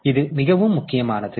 எனவே இது மிகவும் முக்கியமானது